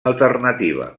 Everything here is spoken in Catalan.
alternativa